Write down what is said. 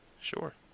Sure